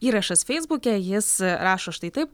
įrašas feisbuke jis rašo štai taip